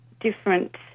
different